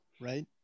right